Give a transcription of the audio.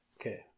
Okay